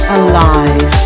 alive